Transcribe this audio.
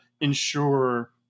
ensure